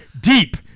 deep